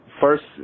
first